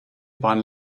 waren